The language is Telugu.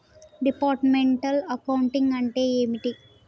డిపార్ట్మెంటల్ అకౌంటింగ్ అంటే ఏమిటి?